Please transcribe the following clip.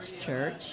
church